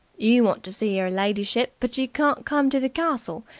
you want to see er lidyship, but you can't come to the castle,